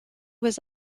was